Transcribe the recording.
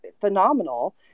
phenomenal